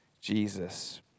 Jesus